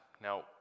Now